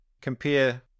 compare